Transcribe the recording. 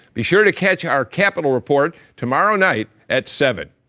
be sure to catch our capitol report tomorrow night at seven